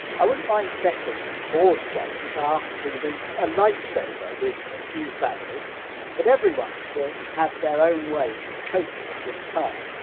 i wouldn't mind betting board games are proving a lifesaver with a few families but everyone will have their own ways of coping at this time.